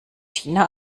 tina